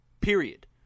Period